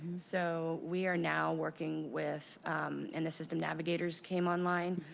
so we are now working with and the system navigators came online.